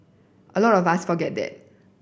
a lot of us forget that